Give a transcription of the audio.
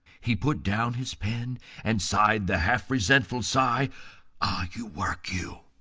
he put down his pen and sighed the half resentful sigh ah! you, work, you!